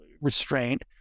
restraint